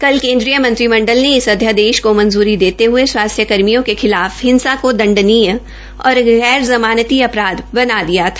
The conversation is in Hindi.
कल केन्द्रीय मंत्रिमंडल ने इस अध्यादेश को मंजूरी देते हये स्वास्थ्य कर्मियों के खिलाफ हिंसा को दंडनीय और गैर जमानती अपराध बना दिया था